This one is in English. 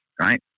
right